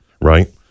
Right